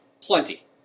Plenty